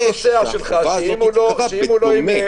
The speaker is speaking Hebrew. הוא אומר שהיה רוצה, שהחובה על האזרח יהיה